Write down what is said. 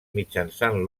mitjançant